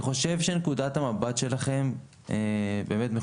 אני חושב שנקודת המבט שלכם מכובדיי,